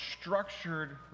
structured